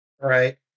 Right